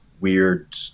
weird